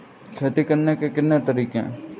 खेती करने के कितने तरीके हैं?